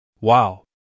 Wow